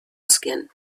skin